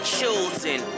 chosen